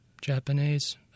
Japanese